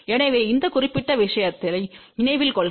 எனவே இந்த குறிப்பிட்ட விஷயத்தை நினைவில் கொள்க